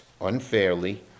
unfairly